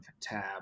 tab